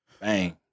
bang